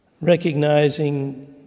recognizing